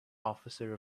officer